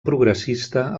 progressista